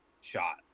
shot